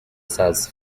serves